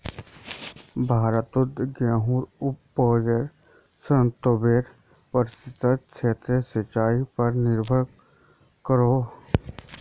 भारतोत गेहुंर उपाजेर संतानबे प्रतिशत क्षेत्र सिंचाई पर निर्भर करोह